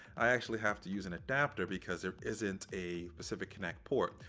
i actually have to use an adapter because there isn't a specific connect port.